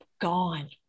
gone